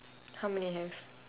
how many you have